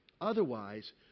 otherwise